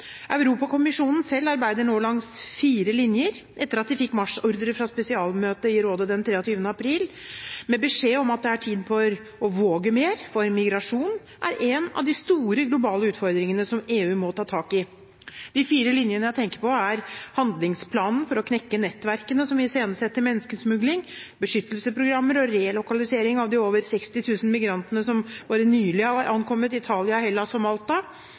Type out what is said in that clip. Europakommisjonen selv arbeider nå langs fire linjer – etter at de fikk marsjordre fra spesialmøtet i rådet den 23. april med beskjed om at det er tid for å våge mer, for migrasjon er en av de store globale utfordringene som EU må ta tak i. De fire linjene jeg tenker på, er: handlingsplanen for å knekke nettverkene som iscenesetter menneskesmugling beskyttelsesprogrammer og relokalisering av de over 60 000 migrantene som bare nylig har ankommet Italia, Helles og Malta